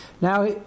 Now